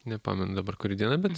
nepamenu dabar kuri diena bet